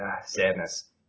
sadness